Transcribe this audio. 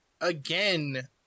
Again